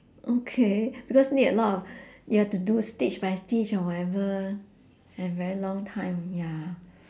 okay because need a lot of ya to do stitch by stitch or whatever and very long time ya